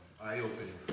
eye-opening